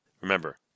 Remember